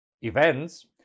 events